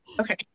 Okay